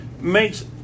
makes